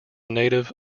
native